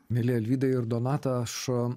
mieli alvydai ir donata aš